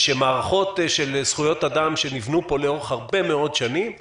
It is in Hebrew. מערכות של זכויות אדם שנבנו פה לאורך הרבה מאוד שנים הושעו,